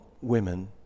women